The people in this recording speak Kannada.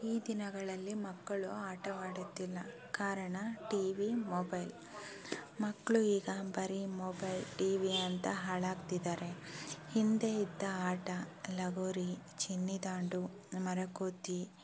ಈ ದಿನಗಳಲ್ಲಿ ಮಕ್ಕಳು ಆಟವಾಡುತ್ತಿಲ್ಲ ಕಾರಣ ಟಿ ವಿ ಮೊಬೈಲ್ ಮಕ್ಕಳು ಈಗ ಬರೀ ಮೊಬೈಲ್ ಟಿ ವಿ ಅಂತ ಹಾಳಾಗ್ತಿದ್ದಾರೆ ಹಿಂದೆ ಇದ್ದ ಆಟ ಲಗೋರಿ ಚಿನ್ನಿದಾಂಡು ಮರಕೋತಿ